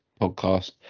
podcast